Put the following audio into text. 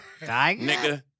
Nigga